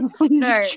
no